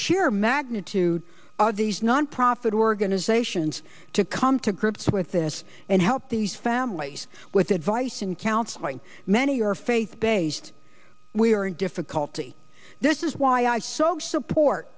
sheer magnitude of these nonprofit organizations to come to grips with this and help these families with advice and counseling many are faith based we are in difficulty this is why i so support